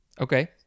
Okay